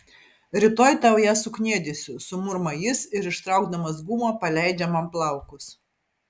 rytoj tau ją sukniedysiu sumurma jis ir ištraukdamas gumą paleidžia man plaukus